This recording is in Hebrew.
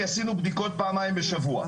כי עשינו בדיקות פעמיים בשבוע,